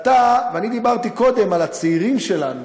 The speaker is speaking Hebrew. אני דיברתי קודם על הצעירים שלנו,